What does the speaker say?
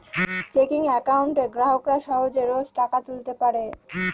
checking একাউন্টে গ্রাহকরা সহজে রোজ টাকা তুলতে পারে